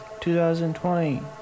2020